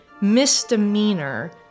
misdemeanor